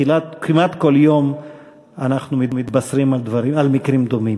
כמעט כל יום אנחנו מתבשרים על מקרים דומים.